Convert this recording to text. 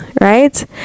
right